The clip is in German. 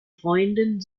freunden